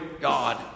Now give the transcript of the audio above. God